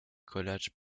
collages